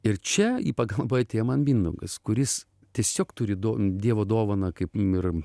ir čia į pagalbą atėjo man mindaugas kuris tiesiog turi do dievo dovaną kaip ir